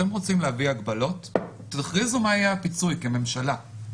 אתם רוצים להביא הגבלות תכריזו כממשלה מה יהיה הפיצוי.